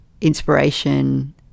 inspiration